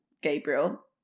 Gabriel